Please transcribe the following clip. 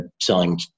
selling